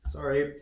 Sorry